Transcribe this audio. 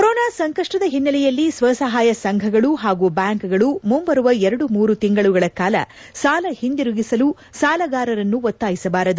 corona ಸಂಕಷ್ಟದ ಹಿನ್ನಲೆಯಲ್ಲಿ ಸ್ವಸಹಾಯ ಸಂಘಗಳು ಹಾಗೂ ಬ್ಯಾಂಕುಗಳು ಮುಂಬರುವ ಎರಡು ಮೂರು ತಿಂಗಳುಗಳ ಕಾಲ ಸಾಲ ಹಿಂತಿರುಗಿಸಲು ಸಾಲಗಾರರನ್ನು ಒತ್ತಾಯಿಸಬಾರದು